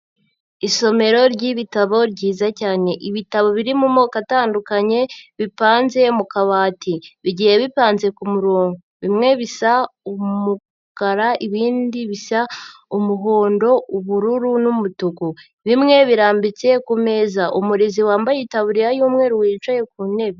Isomero ry'ibitabo ryiza cyane. Ibitabo biri mu moko atandukanye bipanze mu kabati. Bigiye bipanze ku murongo. Bimwe bisa umukara, ibindi bisa umuhondo, ubururu n'umutuku. Bimwe birambitse ku meza. Umurizi wambaye itaburiya y'umweru wicaye ku ntebe.